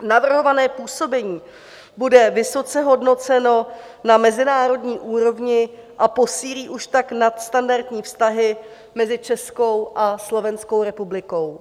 Navrhované působení bude vysoce hodnoceno na mezinárodní úrovni a posílí už tak nadstandardní vztahy mezi Českou a Slovenskou republikou.